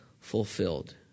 fulfilled